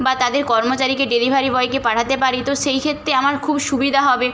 বা তাদের কর্মচারীকে ডেলিভারি বয়কে পাঠাতে পারি তো সেই ক্ষেত্রে আমার খুব সুবিধা হবে